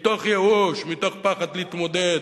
מתוך ייאוש, מתוך פחד להתמודד.